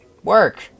Work